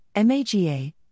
MAGA